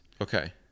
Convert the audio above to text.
Okay